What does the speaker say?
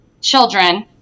children